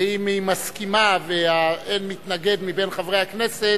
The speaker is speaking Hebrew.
ואם היא מסכימה, ואין מתנגד מבין חברי הכנסת,